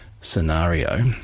scenario